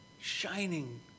Shining